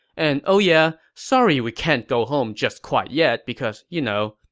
and oh yeah, sorry we can't go home just quite yet because, you know,